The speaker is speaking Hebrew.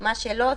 מה שלא,